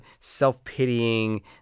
self-pitying